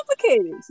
complicated